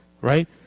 right